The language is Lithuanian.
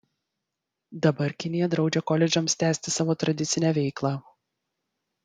dabar kinija draudžia koledžams tęsti savo tradicinę veiklą